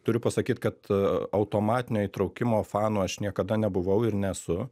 turiu pasakyt kad automatinio įtraukimo fanu aš niekada nebuvau ir nesu